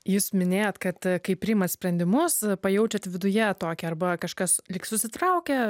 jūs minėjot kad kai priimat sprendimus pajaučiat viduje tokią arba kažkas lyg susitraukia